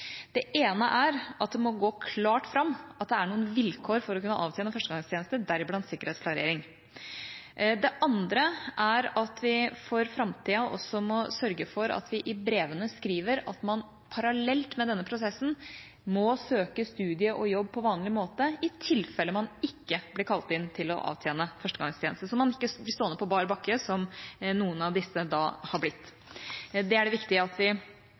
Det ene er at det må gå klart fram at det er noen vilkår for å kunne avtjene førstegangstjeneste, deriblant sikkerhetsklarering. Det andre er at vi for framtida også må sørge for at vi i brevene skriver at man parallelt med denne prosessen må søke på studier og jobb på vanlig måte, i tilfelle man ikke blir kalt inn til førstegangstjeneste, og slik at man ikke blir stående på bar bakke, som noen av disse har blitt. Det er det viktig at vi